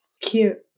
Cute